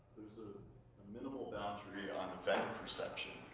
a minimal boundary on event perception.